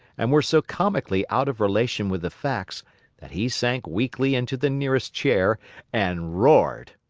and were so comically out of relation with the facts that he sank weakly into the nearest chair and roared.